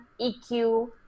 EQ